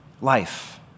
life